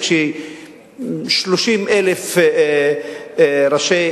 אטיאס, שרק